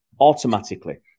Automatically